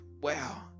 wow